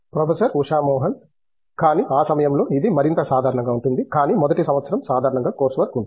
professor Usha Mohan కానీ ఆ సమయంలో ఇది మరింత సాధారణంగా ఉంటుంది కానీ మొదటి సంవత్సరం సాధారణంగా కోర్సు వర్క్ ఉంటుంది